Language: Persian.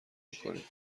میکنیم